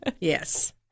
yes